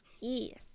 Yes